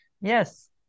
Yes